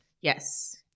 Yes